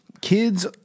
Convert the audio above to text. kids